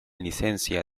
licencia